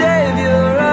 Savior